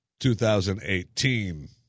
2018